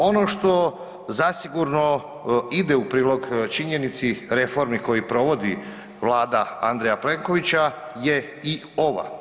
Ono što zasigurno ide u prilog činjenici, reformi koju provodi Vlada Andreja Plenkovića je i ova.